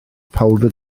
powdr